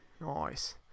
Nice